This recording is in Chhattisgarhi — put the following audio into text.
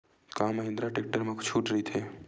का महिंद्रा टेक्टर मा छुट राइथे?